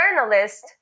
journalist